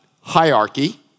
hierarchy